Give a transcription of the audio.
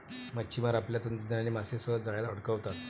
मच्छिमार आपल्या तंत्रज्ञानाने मासे सहज जाळ्यात अडकवतात